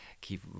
keep